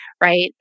right